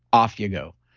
off you go.